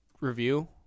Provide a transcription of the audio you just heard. review